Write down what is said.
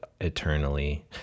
eternally